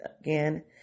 again